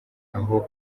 aho